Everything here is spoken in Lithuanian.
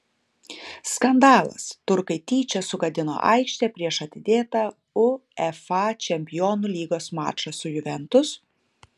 skandalas turkai tyčia sugadino aikštę prieš atidėtą uefa čempionų lygos mačą su juventus